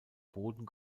boden